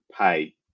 pay